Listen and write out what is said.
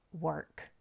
work